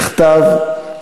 בכתב,